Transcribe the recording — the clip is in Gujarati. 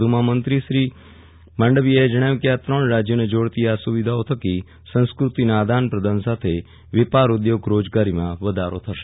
વધુમાં મંત્રીશ્રી માંડવીયાએ જણાવ્યું કે આ ત્રણ રાજયોને જોડતી આ સુવિધાઓ થકી સંસ્કૃતિના આદાન પ્રદાન સાથે વેપાર ઉદ્યોગ રોજગારીમાં પણ વધારો થશે